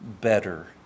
better